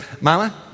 Mama